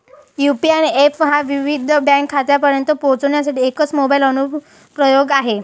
UPI app हा विविध bank खात्यांपर्यंत पोहोचण्यासाठी एकच मोबाइल अनुप्रयोग आहे